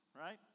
right